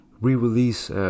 re-release